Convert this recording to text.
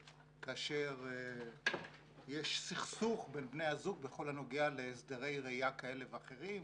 כאשר יש סכסוך בין בני הזוג בכל הנוגע להסדרי ראייה כאלה ואחרים,